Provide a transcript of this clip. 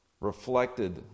reflected